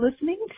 listening